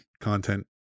content